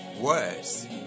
words